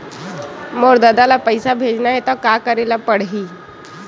मोर ददा ल पईसा भेजना हे त का करे ल पड़हि?